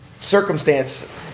circumstance